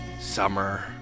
summer